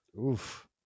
Oof